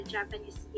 Japanese